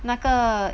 那个